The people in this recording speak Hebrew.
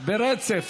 ברצף.